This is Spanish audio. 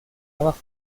abajo